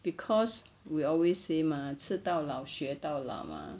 cause we always say mah 吃到老学到老 mah